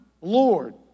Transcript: Lord